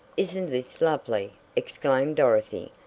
isn't this lovely! exclaimed dorothy,